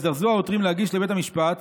הזדרזו העותרים להגיש לבית המשפט